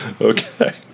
Okay